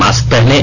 mask पहनें